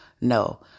No